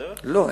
הפסיקה,